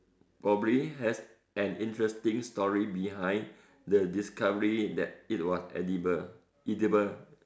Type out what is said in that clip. probably has an interesting story behind the discovery that it was edible edible